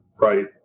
Right